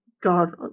God